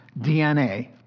DNA